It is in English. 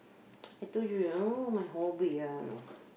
I told you all my hobby ah you know